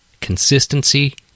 Consistency